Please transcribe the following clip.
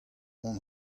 hon